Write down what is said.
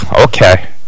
okay